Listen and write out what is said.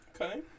Okay